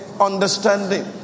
understanding